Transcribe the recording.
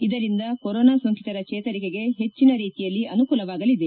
ಇದರಿಂದ ಕೊರೋನಾ ಸೋಂಕಿತರ ಚೇತರಿಕೆಗೆ ಹೆಚ್ಚಿನ ರೀತಿಯಲ್ಲಿ ಅನುಕೂಲವಾಗಲಿದೆ